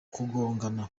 kugongana